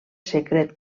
secret